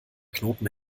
knoten